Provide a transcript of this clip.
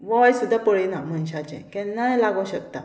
वय सुद्दां पळयना मनशाचें केन्नाय लागो शकता